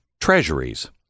treasuries